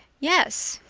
yes.